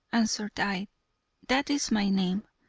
answered i, that is my name.